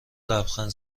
لبخند